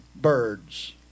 birds